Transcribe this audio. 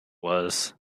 was